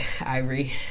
Ivory